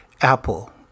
Apple